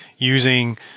using